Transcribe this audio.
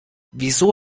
wieso